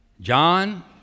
John